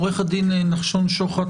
עורך הדין נחשון שוחט,